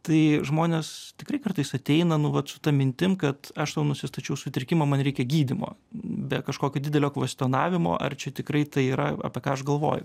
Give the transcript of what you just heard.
tai žmonės tikrai kartais ateina nu vat su ta mintim kad aš sau nusistačiau sutrikimą man reikia gydymo be kažkokio didelio kvestionavimo ar čia tikrai tai yra apie ką aš galvoju